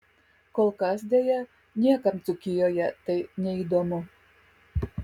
kol kas deja niekam dzūkijoje tai neįdomu